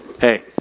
hey